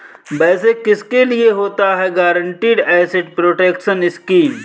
वैसे किसके लिए होता है गारंटीड एसेट प्रोटेक्शन स्कीम?